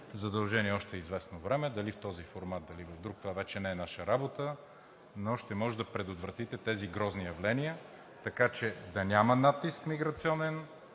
задължения още известно време дали в този формат, дали в друг, това вече не е наша работа, но ще може да предотвратите тези грозни явления, така че да няма миграционен